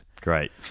Great